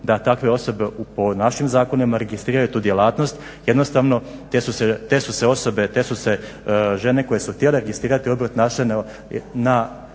da takve osobe po našim zakonima registriraju tu djelatnost. Jednostavno te su se osobe, te su se žene koje su htjele registrirati obrt našle na